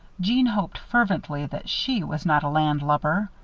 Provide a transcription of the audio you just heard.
jeanne hoped fervently that she was not a landlubber.